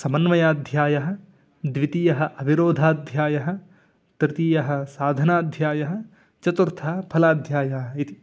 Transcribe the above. समन्वयाध्यायः द्वितीयः अविरोधाध्यायः तृतीयः साधनाध्यायः चतुर्थः फलाध्यायः इति